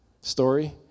story